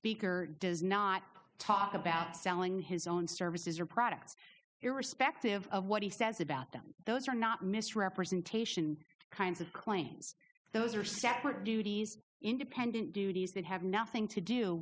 speaker does not talk about selling his own services or products irrespective of what he says about them those are not misrepresentation kinds of claims those are separate duties independent duties that have nothing to do